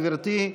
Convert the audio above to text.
גברתי,